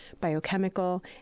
biochemical